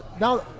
Now